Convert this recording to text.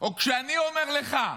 או שאני אומר לך,